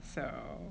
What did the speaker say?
so